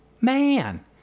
Man